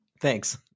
Thanks